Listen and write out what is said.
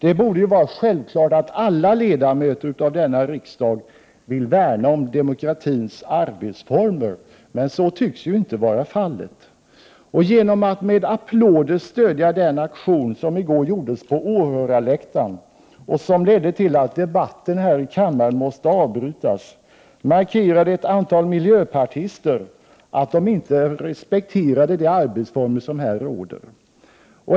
Det borde vara självklart att alla ledamöter av riksdagen vill värna om demokratins arbetsformer, men så tycks inte vara fallet. Genom att med applåder stödja den aktion som i går gjordes på åhörarläktaren och som ledde till att debatten här i kammaren måste avbrytas markerade ett antal miljöpartister att de inte respekterar de arbetsformer som här råder.